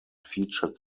featured